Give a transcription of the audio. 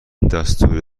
دستور